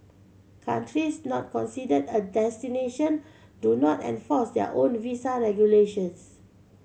countries not considered a destination do not enforce their own visa regulations